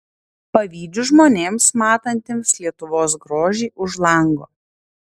pavydžiu žmonėms matantiems lietuvos grožį už lango